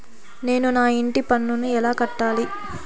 నేను నా ఇంటి పన్నును ఎలా కట్టాలి?